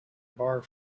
bar